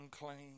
unclean